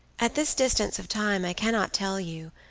at this distance of time i cannot tell you,